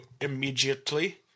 immediately